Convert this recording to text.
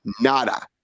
nada